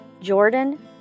Jordan